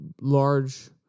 large